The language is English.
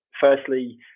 firstly